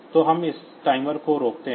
तो हम इस टाइमर को रोकते हैं